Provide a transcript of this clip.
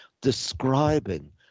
describing